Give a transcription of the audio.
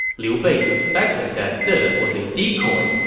liu bei suspected that this was a decoy,